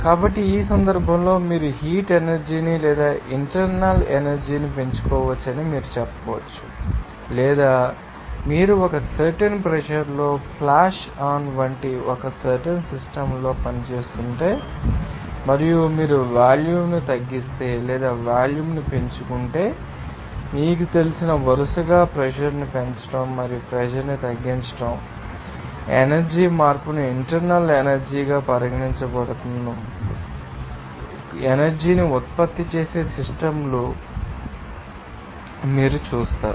కాబట్టి ఆ సందర్భంలో మీరు హీట్ ఎనర్జీ ని లేదా ఇంటర్నల్ ఎనర్జీ ని పెంచుకోవచ్చని మీరు చెప్పవచ్చు లేదా మీరు ఒక సర్టెన్ ప్రెషర్ లో ఫ్లాష్ ఆన్ వంటి ఒక సర్టెన్ సిస్టమ్ లో పనిచేస్తుంటే మరియు మీరు వాల్యూమ్ను తగ్గిస్తే లేదా వాల్యూమ్ను పెంచుకుంటే మీకు తెలిసిన వరుసగా ప్రెషర్ ని పెంచడం మరియు ప్రెషర్ ని తగ్గించడం ఎనర్జీ మార్పును ఇంటర్నల్ ఎనర్జీ గా పరిగణించబడుతుందని మీకు తెలిసిన కొన్ని ఎనర్జీ ని ఉత్పత్తి చేసే సిస్టమ్ లు మీకు తెలుస్తాయని మీరు చూస్తారు